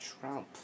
Trump